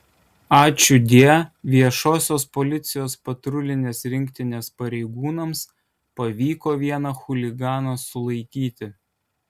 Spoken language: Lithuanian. ačiūdie viešosios policijos patrulinės rinktinės pareigūnams pavyko vieną chuliganą sulaikyti